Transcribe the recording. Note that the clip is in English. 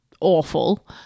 awful